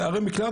התנהלות